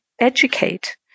educate